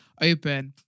open